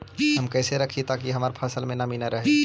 हम कैसे रखिये ताकी हमर फ़सल में नमी न रहै?